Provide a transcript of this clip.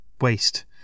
waste